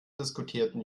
diskutierten